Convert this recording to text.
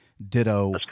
Ditto